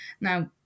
Now